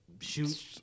Shoot